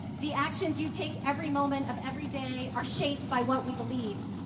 the actions you take every moment of every day are shaped by what we believe.